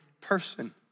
person